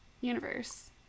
universe